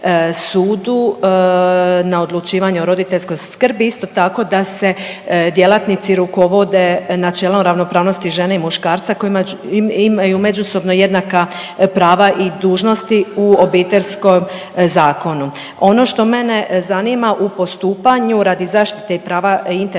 na odlučivanje o roditeljskoj skrbi. Isto tako, da se djelatnici rukovode načelom ravnopravnosti žene i muškarca koji imaju međusobno jednaka prava i dužnosti u Obiteljskom zakonu. Ono što mene zanima u postupanju radi zaštite i prava interesa